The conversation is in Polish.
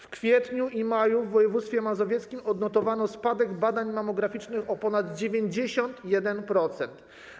W kwietniu i maju w województwie mazowieckim odnotowano spadek badań mammograficznych o ponad 91%.